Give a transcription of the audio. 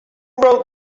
wrote